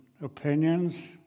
opinions